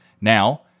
Now